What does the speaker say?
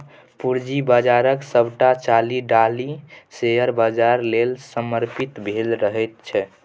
पूंजी बाजारक सभटा चालि ढालि शेयर बाजार लेल समर्पित भेल रहैत छै